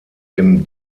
dem